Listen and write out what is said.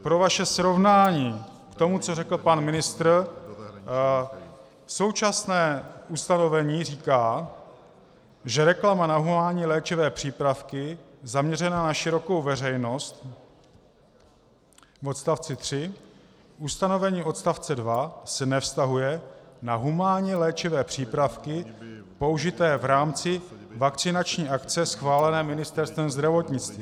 Pro vaše srovnání k tomu, co řekl pan ministr: Současné ustanovení říká, že reklama na humánní léčivé přípravky zaměřená na širokou veřejnost v odstavci 3 ustanovení odstavce 2 se nevztahuje na humánní léčivé přípravky použité v rámci vakcinační akce schválené Ministerstvem zdravotnictví.